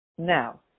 Now